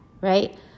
Right